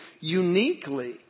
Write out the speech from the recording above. uniquely